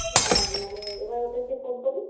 না মানে এবার ওদেরকে ফোন করি